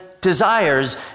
desires